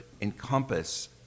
encompass